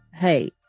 hey